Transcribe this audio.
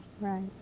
Right